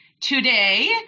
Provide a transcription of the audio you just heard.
today